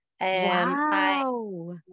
Wow